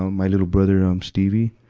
um my little brother, um, stevie